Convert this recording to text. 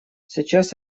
сейчас